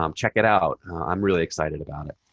um check it out. i'm really excited about it.